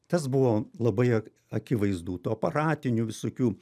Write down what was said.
tas buvo labai akivaizdu tų aparatinių visokių